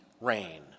rain